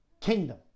kingdom